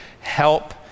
help